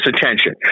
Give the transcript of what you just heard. attention